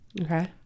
Okay